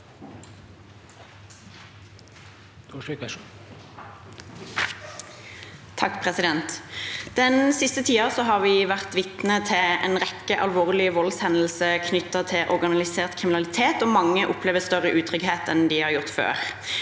(V) Den siste tiden har vi vært vitne til en rekke alvorlige voldshendelser knyttet til organisert kriminalitet, og mange opplever større utrygghet enn de har gjort før.